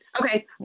Okay